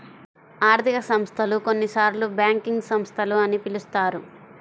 ఆర్థిక సంస్థలు, కొన్నిసార్లుబ్యాంకింగ్ సంస్థలు అని పిలుస్తారు